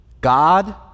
God